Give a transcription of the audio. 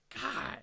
God